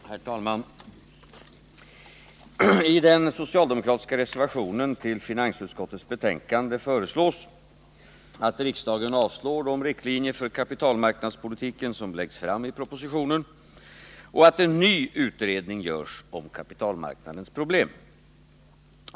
Herr talman! I den socialdemokratiska reservationen vid finansutskottets betänkande föreslås att riksdagen avslår de riktlinjer för kapitalmarknadspolitiken som läggs fram i propositionen och att en ny utredning görs om kapitalmarknadens problem.